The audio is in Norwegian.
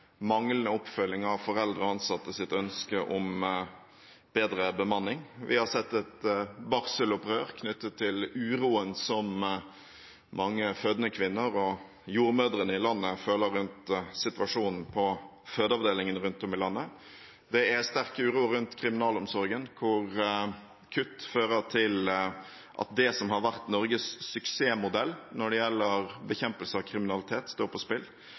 manglende oppfølging av foreldres og ansattes ønske om bedre bemanning. Vi har sett et barselopprør knyttet til uroen som mange fødende kvinner og jordmødrene rundt om i landet føler rundt situasjonen på fødeavdelingene. Det er sterk uro rundt kriminalomsorgen, hvor kutt fører til at det som har vært Norges suksessmodell når det gjelder bekjempelse av kriminalitet, står på spill.